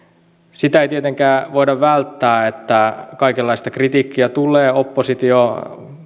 sitä ei tietenkään voida välttää että kaikenlaista kritiikkiä tulee oppositio